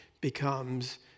becomes